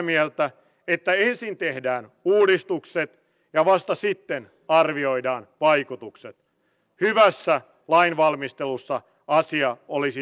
mitä kotouttamiseen tulee niin minä sanoisin että kotiuttaminen se on paras lääke tuohon